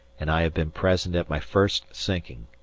and i have been present at my first sinking.